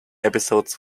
episodes